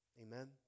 Amen